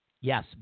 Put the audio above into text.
Yes